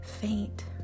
faint